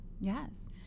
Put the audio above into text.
Yes